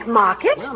market